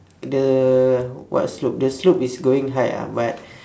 the what slope the slope is going high ah but